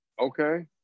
Okay